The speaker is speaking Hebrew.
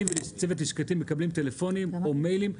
וצוות לשכתי מקבלים טלפונים או מיילים,